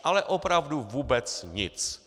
Ale opravdu vůbec nic.